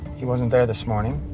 he wasn't there this morning.